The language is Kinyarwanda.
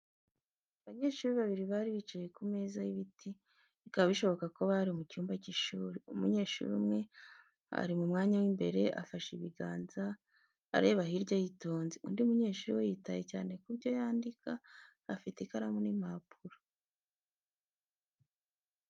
Abanyeshuri babiri bari bicaye ku meza y'ibiti, bikaba bishoboka ko bari mu cyumba cy'ishuri. Umunyeshuri umwe uri mu mwanya w'imbere, afashe ibiganza, areba hirya yitonze. Undi munyeshuri we yitaye cyane ku byo yandika, afite ikaramu n'impapuro.